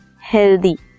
healthy